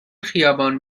خیابان